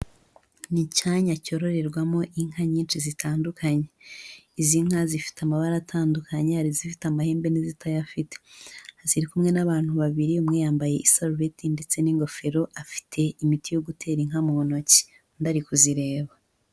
Ni icyanya cyororerwamo inka nyinshi zitandukanye, izi nka zifite amabara atandukanye hari izifite amahembe n'izitayafite, ziri kumwe n'abantu babiri umwe yambaye isarubeti ndetse n'ingofero afite imiti yo gutera inka mu ntoki, undi ari kuzireba.